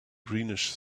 greenish